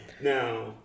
now